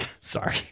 sorry